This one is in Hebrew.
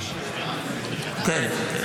כן.